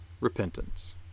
repentance